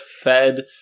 fed